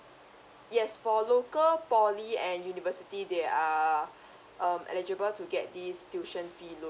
yes for local poly and university they are um eligible to get this tuition fee loan